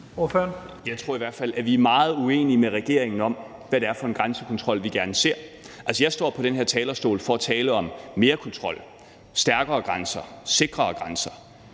Jeg tror i hvert fald, at vi er meget uenige med regeringen om, hvad det er for en grænsekontrol, vi gerne ser. Altså, jeg står på den her talerstol for at tale om mere kontrol, stærkere grænser, mere sikre grænser.